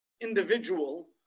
individual